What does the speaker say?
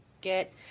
get